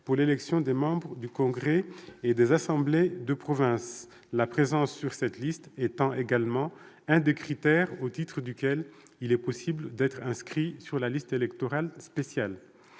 pour l'élection des membres du congrès et des assemblées de province, la présence sur cette liste étant également l'un des critères au titre duquel il est possible d'être inscrit sur la liste électorale spéciale.